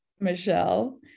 Michelle